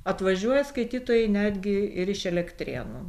atvažiuoja skaitytojai netgi ir iš elektrėnų